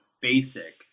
basic